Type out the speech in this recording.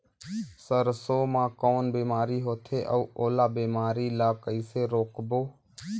सरसो मा कौन बीमारी होथे अउ ओला बीमारी ला कइसे रोकबो?